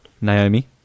Naomi